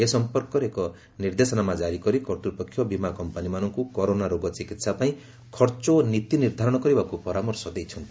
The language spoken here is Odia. ଏ ସମ୍ପର୍କରେ ଏକ ନିର୍ଦ୍ଦେଶନାମା ଜାରି କରି କର୍ତ୍ତ୍ୱପକ୍ଷ ବୀମା କମ୍ପାନୀମାନଙ୍କୁ କରୋନା ରୋଗ ଚିକିତ୍ସା ପାଇଁ ଖର୍ଚ୍ଚ ଓ ନୀତି ନିର୍ଦ୍ଧାରଣ କରିବାକୁ ପରାମର୍ଶ ଦେଇଛନ୍ତି